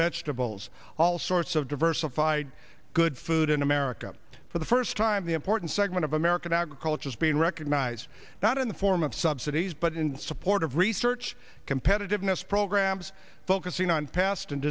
vegetables all sorts of diversified good food in america for the first time the important segment of american agriculture is being recognized that in the form of subsidies but in support of research competitiveness programs focusing on past and